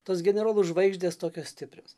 tos generolų žvaigždės tokios stiprios